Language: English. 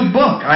book